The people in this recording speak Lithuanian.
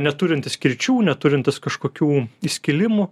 neturintis kirčių neturintis kažkokių įskilimų